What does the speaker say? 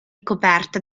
coperta